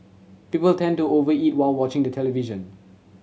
people tend to over eat while watching the television